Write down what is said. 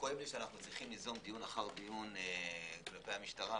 כואב לי שאנו צריכים ליזום דיון אחר דיון כלפי המשטרה.